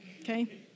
Okay